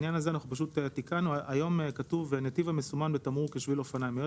במקום "בנתיב המסומן בתמרור כשביל אופניים" יבוא